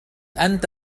أنت